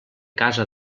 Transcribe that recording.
casa